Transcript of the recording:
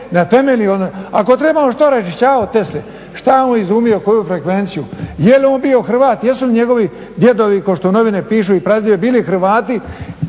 na temelju onih. Ako trebamo što raščišćavat Tesli, šta je on izumio, koju frekvenciju, je li on bio Hrvat, jesu li njegovi djedovi kao što novine pišu i pradjedovi bili Hrvati